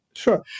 Sure